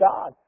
God